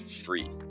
free